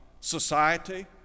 society